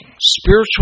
spiritual